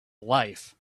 life